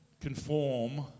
conform